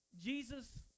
Jesus